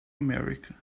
america